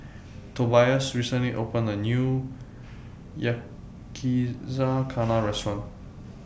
Tobias recently opened A New Yakizakana Restaurant